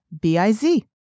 B-I-Z